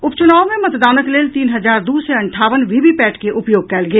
उपचुनाव मे मतदानक लेल तीन हजार दू सय अंठावन वीवीपैट के उपयोग कयल गेल